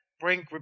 Bring